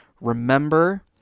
remember